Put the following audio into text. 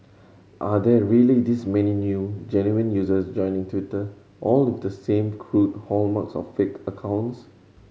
are there really this many new genuine users joining Twitter all with the same crude hallmarks of fake accounts